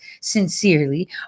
Sincerely